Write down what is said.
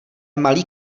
malý